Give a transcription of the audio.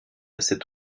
cette